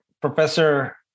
Professor